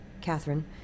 Catherine